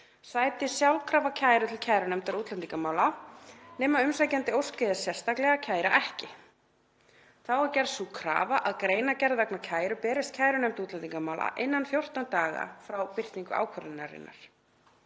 sæti sjálfkrafa kæru til kærunefndar útlendingamála nema umsækjandi óski þess sérstaklega að kæra ekki. Þá er gerð sú krafa að greinargerð vegna kæru berist kærunefnd útlendingamála innan 14 daga frá birtingu ákvörðunarinnar.